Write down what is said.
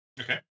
Okay